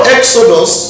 Exodus